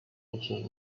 лечение